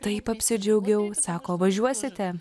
taip apsidžiaugiau sako važiuosite